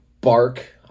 bark